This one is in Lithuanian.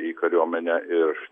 į kariuomenę ir